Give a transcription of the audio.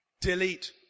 delete